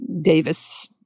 Davis